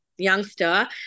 youngster